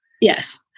Yes